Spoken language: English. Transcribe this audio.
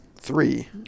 three